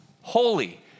holy